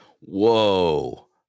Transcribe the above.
Whoa